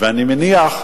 ואני מניח,